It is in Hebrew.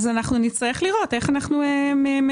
נצטרך לראות איך אנחנו מתקדמים.